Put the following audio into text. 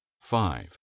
Five